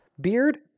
beard